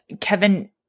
Kevin